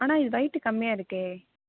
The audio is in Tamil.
ஆனால் இது வெயிட்டு கம்மியாக இருக்கே